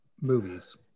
movies